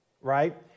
right